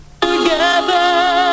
together